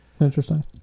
interesting